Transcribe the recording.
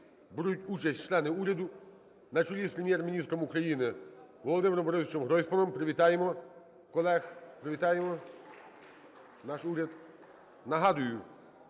беруть участь члени уряду на чолі з Прем'єр-міністром України Володимиром Борисовичем Гройсманом. Привітаємо колег. Привітаємо наш уряд. Нагадую,